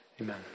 Amen